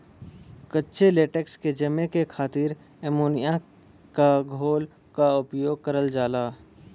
कच्चे लेटेक्स के जमे क खातिर अमोनिया क घोल क उपयोग करल जाला